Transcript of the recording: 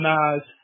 Nas